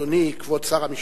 אדוני כבוד שר המשפטים,